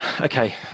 Okay